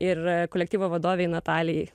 ir kolektyvo vadovei natalijai